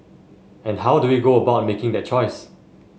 and how do we go about making the choice